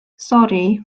sori